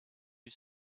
you